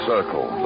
Circle